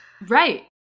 right